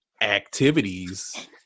activities